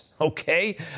Okay